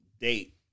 date